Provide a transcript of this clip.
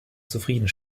zufrieden